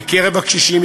בקרב הקשישים,